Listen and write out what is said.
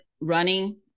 running